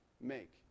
make